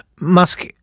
musk